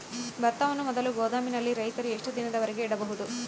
ಭತ್ತವನ್ನು ಮೊದಲು ಗೋದಾಮಿನಲ್ಲಿ ರೈತರು ಎಷ್ಟು ದಿನದವರೆಗೆ ಇಡಬಹುದು?